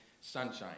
sunshine